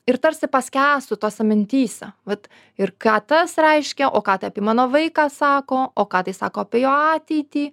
ir tarsi paskęstu tose mintyse vat ir ką tas reiškia o ką tai apie mano vaiką sako o ką tai sako apie jo ateitį